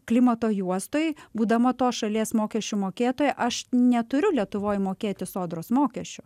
klimato juostoj būdama tos šalies mokesčių mokėtoja aš neturiu lietuvoj mokėti sodros mokesčių